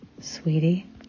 sweetie